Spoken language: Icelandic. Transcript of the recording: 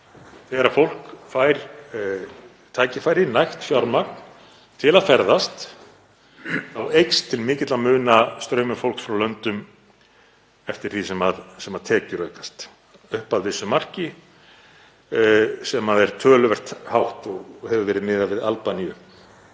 Þegar fólk fær tækifæri, nægt fjármagn til að ferðast þá eykst til mikilla muna straumur fólks frá löndum eftir því sem tekjur aukast upp að vissu marki sem er töluvert hátt og hefur verið miðað við Albaníu.